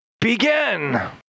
begin